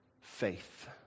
faith